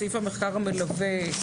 סעיף המחקר המלווה,